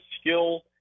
skill